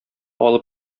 алып